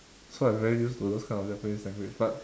so I'm very used to those kind of japanese language but